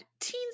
teens